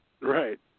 Right